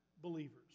believers